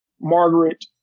Margaret